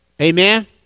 amen